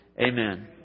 amen